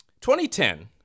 2010